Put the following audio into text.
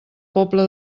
pobla